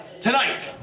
tonight